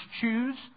choose